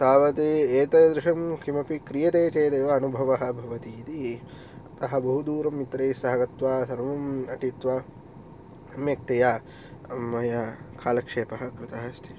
तावत् एतादृशं किमपि क्रियते चेदेव अनुभवः भवति इति अहं बहुदूरं मित्रैस्सह गत्वा सर्वंं अटित्वा सम्यक्तया मया कालक्षेपः कृतः अस्ति